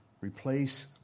Replace